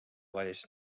valis